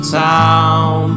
town